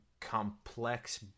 complex